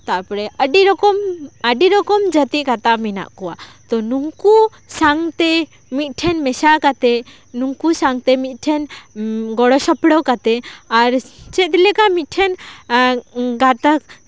ᱛᱟᱨᱯᱚᱨᱮ ᱟᱹᱰᱤ ᱨᱚᱠᱚᱢ ᱟᱹᱰᱤ ᱨᱚᱠᱚᱢ ᱡᱟᱹᱛᱤ ᱜᱟᱛᱟᱠ ᱢᱮᱱᱟᱜ ᱠᱚᱣᱟ ᱛᱳ ᱱᱩᱝᱠᱩ ᱥᱟᱶᱛᱮ ᱢᱤᱫ ᱴᱷᱮᱱ ᱢᱮᱥᱟ ᱠᱟᱛᱮᱫ ᱱᱩᱠᱩ ᱥᱟᱶᱛᱮ ᱢᱤᱫ ᱴᱷᱮᱱ ᱜᱚᱲᱚ ᱥᱚᱯᱲᱚ ᱠᱟᱛᱮᱫ ᱟᱨ ᱪᱮᱫ ᱞᱮᱠᱟ ᱢᱤᱫ ᱴᱷᱮᱱ ᱮᱸᱜ ᱜᱟᱛᱟᱠ